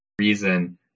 reason